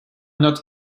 not